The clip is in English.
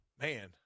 man